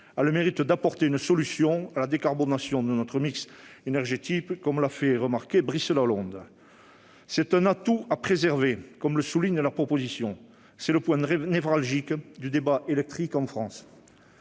a le mérite d'apporter une solution à la décarbonation de notre mix énergétique, comme l'a fait remarquer Brice Lalonde. C'est un atout à préserver, comme le souligne la proposition. C'est le point névralgique du débat électrique en France.